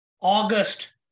August